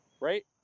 Right